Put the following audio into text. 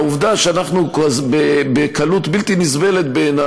והעובדה שאנחנו בקלות בלתי נסבלת בעיני